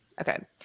Okay